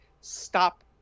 stop